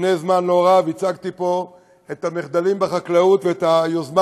לפני זמן לא רב הצגתי פה את המחדלים בחקלאות ואת היוזמה